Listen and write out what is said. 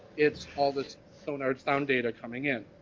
it's all this sonar sound data coming in.